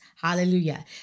Hallelujah